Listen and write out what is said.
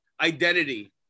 identity